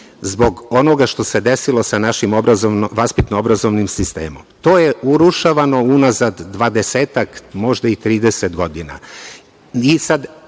zbog onoga što se desilo sa našim vaspitno-obrazovnim sistemom. To je urušavano unazad 20-ak, možda i 30 godina. Normalno,